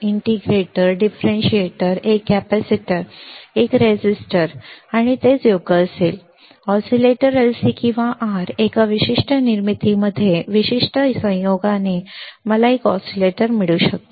integrator differentiator एक capacitor एक resistor आणि तेच योग्य असेल ऑसिलेटर LC किंवा R एका विशिष्ट निर्मितीमध्ये विशिष्ट संयोगाने मला ऑसिलेटर मिळू शकतात